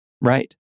Right